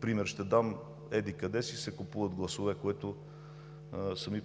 Пример ще дам: еди-къде си се купуват гласове, което сами